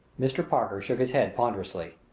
mr. parker shook his head ponderously.